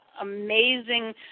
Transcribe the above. amazing